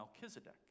Melchizedek